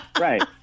Right